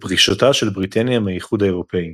ופרישתה של בריטניה מהאיחוד האירופי.